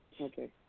Okay